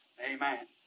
Amen